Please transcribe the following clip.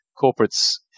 corporate's